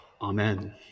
Amen